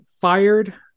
fired